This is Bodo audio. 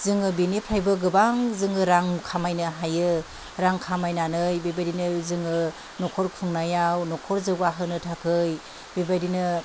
जोङो बेनिफ्रायबो गोबां जोङो रां खामायनो हायो रां खामायनानै बेबायदिनो जोङो न'खर खुंनायाव न'खर जौगाहोनो थाखै बेबायदिनो